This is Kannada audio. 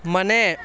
ಮನೆ